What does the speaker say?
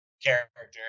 Character